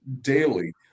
daily